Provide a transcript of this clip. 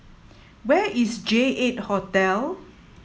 where is J eight Hotel